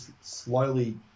slowly